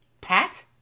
pat